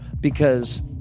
because-